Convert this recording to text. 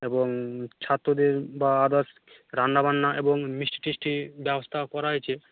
এবং ছাত্রদের বা আদার্স রান্নাবান্না এবং মিষ্টি টিস্টি ব্যবস্থা করা হয়েছে